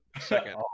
second